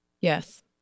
Yes